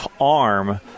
arm